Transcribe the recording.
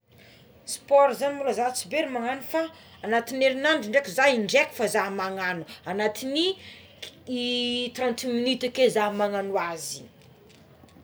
Sport zagny mo za tsy mery magnagno fô fa anaty ny erinandro dreky indraiky fô za magnagno anatigny i ki trenty minita akeo za magnagno azy.